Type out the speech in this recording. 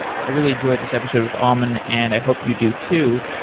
i really enjoyed this episode with ammon and i hope you do to.